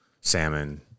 salmon